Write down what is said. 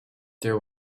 there